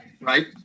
right